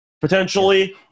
potentially